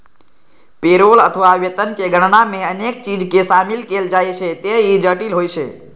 payroll अथवा वेतन के गणना मे अनेक चीज कें शामिल कैल जाइ छैं, ते ई जटिल होइ छै